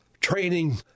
training